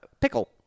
Pickle